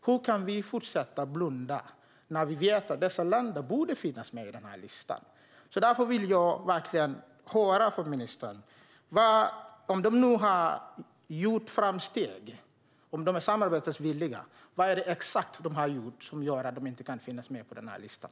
Hur kan vi fortsätta blunda när vi vet att dessa länder borde finnas med på den här listan? Därför vill jag verkligen höra från ministern: Om de nu har gjort framsteg och är samarbetsvilliga, vad exakt är det de har gjort som gör att de inte kan finnas med på den här listan?